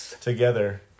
together